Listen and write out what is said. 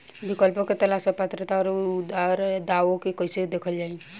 विकल्पों के तलाश और पात्रता और अउरदावों के कइसे देखल जाइ?